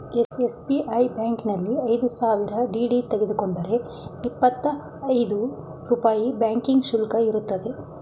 SBI ಬ್ಯಾಂಕಿನಲ್ಲಿ ಐದು ಸಾವಿರ ಡಿ.ಡಿ ತೆಗೆದುಕೊಂಡರೆ ಇಪ್ಪತ್ತಾ ಐದು ರೂಪಾಯಿ ಬ್ಯಾಂಕಿಂಗ್ ಶುಲ್ಕ ಇರುತ್ತದೆ